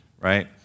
right